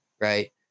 right